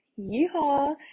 yeehaw